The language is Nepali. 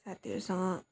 साथीहरूसँग